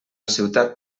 ciutat